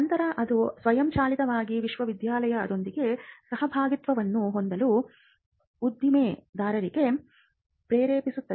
ನಂತರ ಅದು ಸ್ವಯಂಚಾಲಿತವಾಗಿ ವಿಶ್ವವಿದ್ಯಾನಿಲಯದೊಂದಿಗೆ ಸಹಭಾಗಿತ್ವವನ್ನು ಹೊಂದಲು ಉದ್ದಿಮೆದಾರರಿಗೆ ಪ್ರೇರೇಪಿಸುತ್ತದೆ